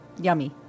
yummy